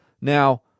Now